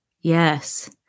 yes